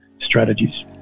strategies